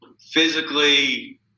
physically